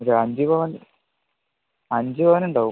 ഒരു അഞ്ച് പവൻ അഞ്ച് പവൻ ഉണ്ടാവും